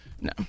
No